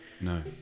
no